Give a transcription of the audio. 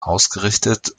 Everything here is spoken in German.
ausgerichtet